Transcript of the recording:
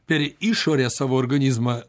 per išorę savo organizmą